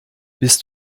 bist